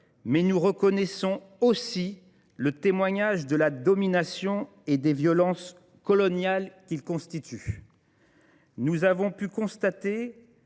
mais nous reconnaissons aussi le témoignage de la domination et des violences coloniales qu'ils constituent. Nous avons pu constater,